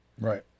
Right